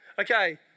Okay